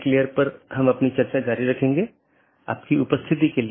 इसके साथ ही आज अपनी चर्चा समाप्त करते हैं